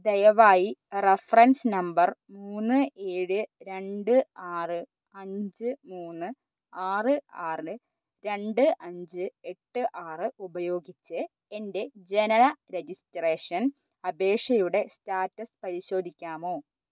ദയവായി reference number മൂന്ന് ഏഴ് രണ്ട് ആറ് അഞ്ച് മൂന്ന് ആറ് ആറ് രണ്ട് അഞ്ച് എട്ട് ആറ് ഉപയോഗിച്ചു എൻ്റെ ജനന രജിസ്ട്രേഷൻ അപേക്ഷയുടെ സ്റ്റാറ്റസ് പരിശോധിക്കാമോ